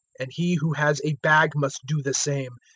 and he who has a bag must do the same.